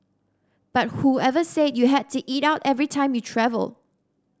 but whoever said you had to eat out every time you travel